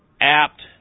apt